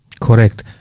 Correct